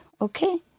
okay